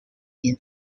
been